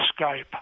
Skype